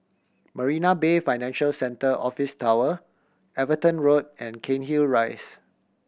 Marina Bay Financial Centre Office Tower Everton Road and Cairnhill Rise